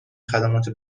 خدمات